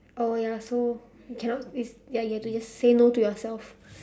oh ya so cannot with ya you have to say no to yourself